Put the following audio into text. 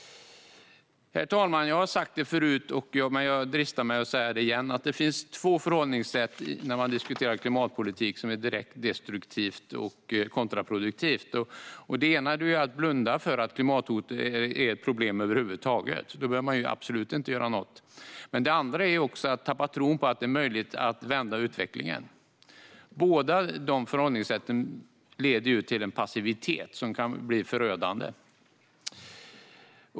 Herr talman! Jag har sagt det förut, men jag dristar mig att säga det igen: När man diskuterar klimatpolitik finns det två förhållningssätt som är direkt destruktiva och kontraproduktiva. Det ena är att blunda för att klimathotet är ett problem över huvud taget. Då behöver man inte göra något alls. Det andra är att tappa tron på att det är möjligt att vända utvecklingen. Båda dessa förhållningssätt leder till en passivitet som kan bli förödande.